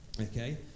okay